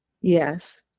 Yes